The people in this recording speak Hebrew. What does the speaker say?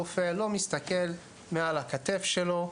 הרופא לא מסתכל מעבר לכתף שלו,